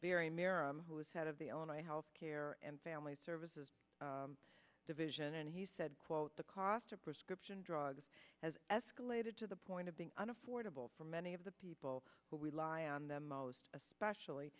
rry merom who is head of the own eye health care and family services division and he said quote the cost of prescription drugs has escalated to the point of being an affordable for many of the people who rely on them most especially